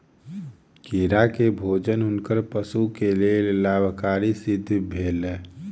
कीड़ा के भोजन हुनकर पशु के लेल लाभकारी सिद्ध भेल